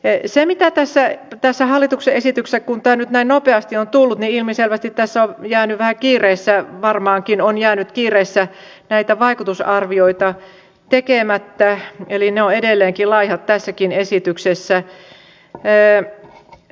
ei se mitään tässä ei tässä hallituksen esityksessä kun tämä nyt näin nopeasti on tullut ilmiselvästi on jäänyt vähän kiireessä varmaankin on jäänyt kiireessä näitä vaikutusarvioita tekemättä eli ne ovat edelleenkin laihat tässäkin esityksessä